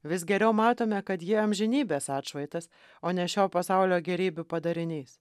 vis geriau matome kad ji amžinybės atšvaitas o ne šio pasaulio gėrybių padarinys